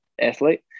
athlete